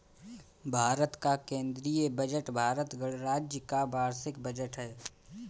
भारत का केंद्रीय बजट भारत गणराज्य का वार्षिक बजट है